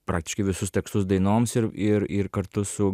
praktiškai visus tekstus dainoms ir ir ir kartu su